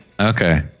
Okay